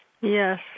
Yes